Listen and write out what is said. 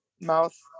mouth